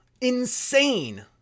Insane